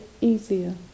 easier